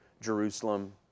Jerusalem